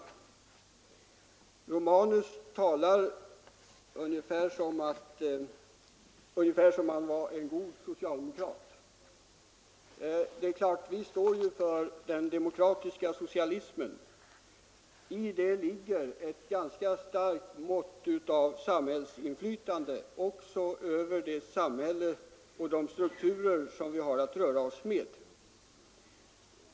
Herr Romanus talar nästan som om han vore en god socialdemokrat. Vi står ju för den demokratiska socialismen. I denna ligger ett ganska starkt mått av inflytande också över det samhälle och de strukturer vi har att röra oss med.